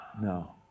No